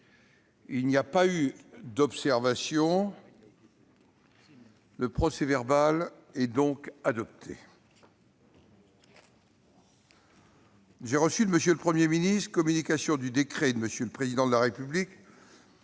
Il n'y a pas d'observation ?... Le procès-verbal est adopté. J'ai reçu de M. le Premier ministre communication du décret de M. le Président de la République